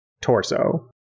torso